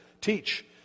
teach